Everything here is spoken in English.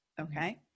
okay